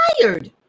tired